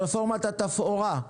רפורמת התפאורה.